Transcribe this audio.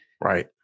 right